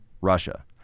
Russia